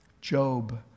Job